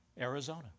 Arizona